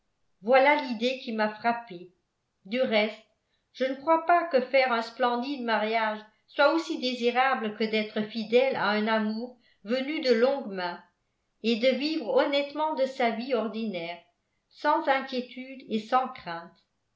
voilà l'idée qui m'a frappée du reste je ne crois pas que faire un splendide mariage soit aussi désirable que d'être fidèle à un amour venu de longue main et de vivre honnêtement de sa vie ordinaire sans inquiétude et sans crainte